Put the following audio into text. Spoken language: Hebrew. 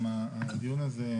גם הדיון הזה,